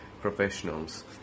professionals